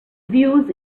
views